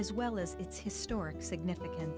as well as its historic significan